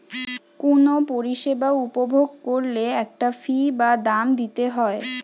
কুনো পরিষেবা উপভোগ কোরলে একটা ফী বা দাম দিতে হই